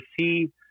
see